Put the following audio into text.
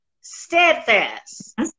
steadfast